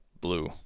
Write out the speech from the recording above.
blue